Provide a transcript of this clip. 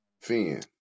fin